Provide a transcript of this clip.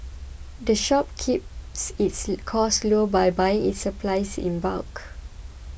the shop keeps its costs low by buying its supplies in bulk